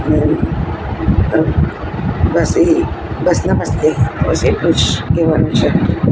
અને બસ એ બસ નમસ્તે બસ એટલું જ કહેવાનું છે